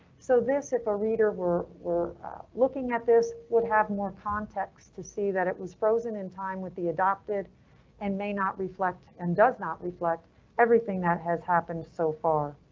so this if a reader we're we're looking at, this would have more context to see that it was frozen in time with the adopted and may not reflect and does not reflect everything that has happened so far.